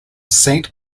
saint